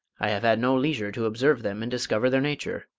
i have had no leisure to observe them and discover their nature.